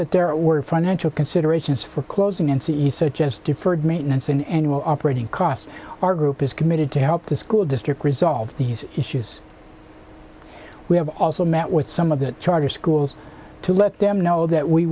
that there are financial considerations for closing and csar just deferred maintenance in annual operating costs our group is committed to help the school district resolve these issues we have also met with some of the charter schools to let them know that we